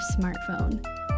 smartphone